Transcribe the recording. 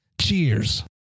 Cheers